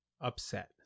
Upset